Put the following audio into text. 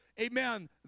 amen